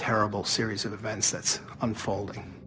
terrible series of events that's unfolding